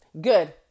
Good